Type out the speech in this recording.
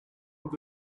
what